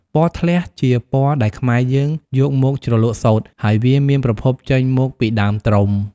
ពណ៌៌ធ្លះជាពណ៌ដែលខ្មែរយើងយកមកជ្រលក់សូត្រ ហើយវាមានប្រភពចេញមកពីដើមត្រុំ។